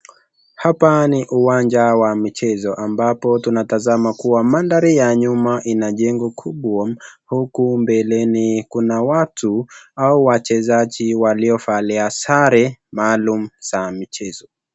Hapa ni uwanja wa michezo ambapo tunatazama kuwa mandhari ya nyuma ina jengo kubwa huku mbeleni kuna watu au wachezaji waliovalia sare maalum za michezo.